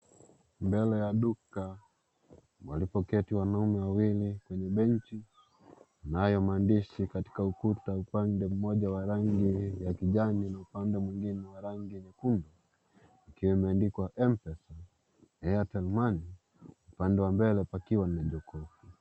Mbele ya duka walipoketi wanaume wawili kwenye benchi nayo maandishi katika ukuta upande mmoja wa rangi ya kijani, upande mwingine wa rangi nyekundu ikiwa imeandikwa Mpesa, Airtel Money, upande wa mbele pakiwa ni jokofu.